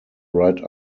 right